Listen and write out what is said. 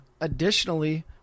additionally